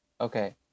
okay